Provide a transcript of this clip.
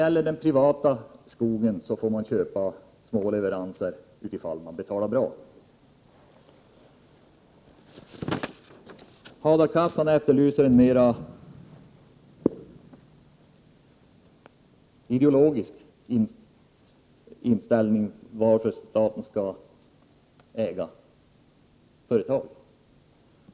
Från de privata skogsägarna får sågverken köpa små leveranser ifall de betalar bra. Hadar Cars efterlyste en mer utförlig ideologisk redogörelse till varför staten skall äga företag.